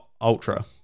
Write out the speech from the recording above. Ultra